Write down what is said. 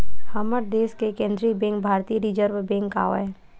हमर देस के केंद्रीय बेंक भारतीय रिर्जव बेंक आवय